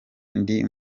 ndi